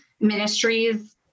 ministries